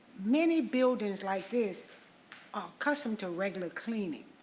many buildings like this are accustomed to regular cleaning.